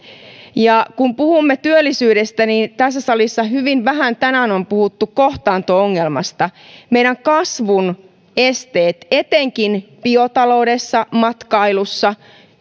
kun puhumme työllisyydestä niin tässä salissa hyvin vähän tänään on puhuttu kohtaanto ongelmasta meidän kasvun esteemme etenkin biotaloudessa matkailussa